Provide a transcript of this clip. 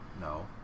No